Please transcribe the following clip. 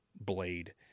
blade